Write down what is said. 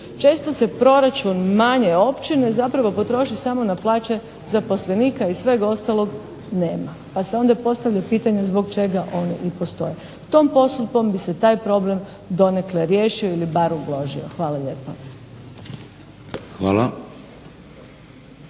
Često se proračun manje općine zapravo potroši samo na plaće zaposlenika i sveg ostalog nema. Pa se onda postavlja pitanje zbog čega oni i postoje. Tom posudbom bi se taj problem donekle riješio ili bar ublažio. Hvala lijepa.